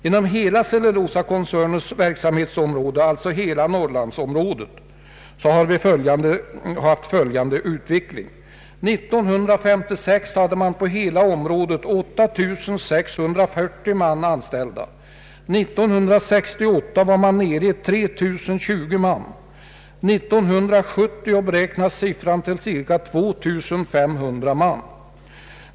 Inom hela cellulosakoncernens verksamhetsområde — alltså hela Norrlandsområdet — har vi haft följande utveckling. 1956 fanns inom hela området 8 640 anställda. 1968 var vi nere i 3 020 anställda. 1970 beräknas siffran till cirka 2500 man.